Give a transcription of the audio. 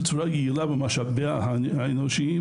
יהיה פחות גידול במצבת התלמידים ויהיה פחות צורך בגידול במצבת המורים,